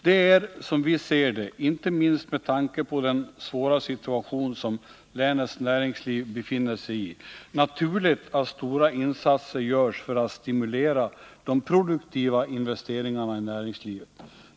Det är, som vi ser det, inte minst med tanke på den svåra situation som länets näringsliv befinner sig i naturligt att stora insatser görs för att stimulera de produktiva investeringarna i näringslivet.